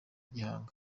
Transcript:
gihamya